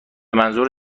منظور